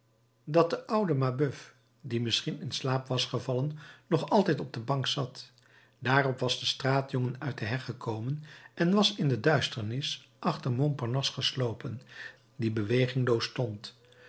dat de oude mabeuf die misschien in slaap was gevallen nog altijd op de bank zat daarop was de straatjongen uit de heg gekomen en was in de duisternis achter montparnasse geslopen die bewegingloos stond